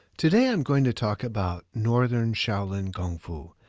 today, i'm going to talk about northern shaolin kung fu,